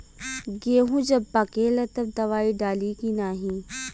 गेहूँ जब पकेला तब दवाई डाली की नाही?